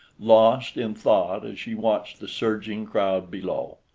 lost in thought as she watched the surging crowd below.